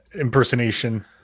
impersonation